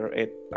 eight